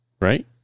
right